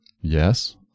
yes